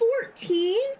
Fourteen